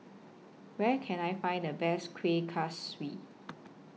Where Can I Find The Best Kuih Kaswi